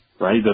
right